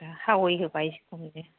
दा हावै होबाय ओरैनो